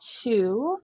two